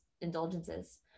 indulgences